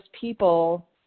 people